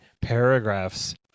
paragraphs